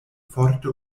forte